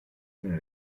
nella